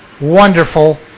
wonderful